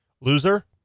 loser